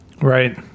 Right